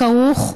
הכרוך,